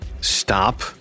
stop